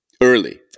early